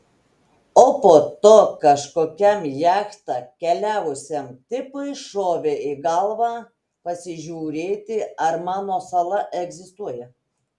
o po to kažkokiam jachta keliavusiam tipui šovė į galvą pasižiūrėti ar mano sala egzistuoja